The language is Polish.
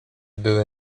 były